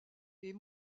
est